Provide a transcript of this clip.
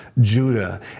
Judah